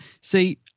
see